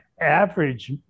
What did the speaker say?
average